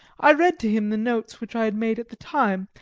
i read to him the notes which i had made at the time,